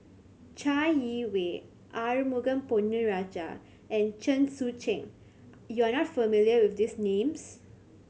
Chai Yee Wei Arumugam Ponnu Rajah and Chen Sucheng you are not familiar with these names